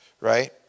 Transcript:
right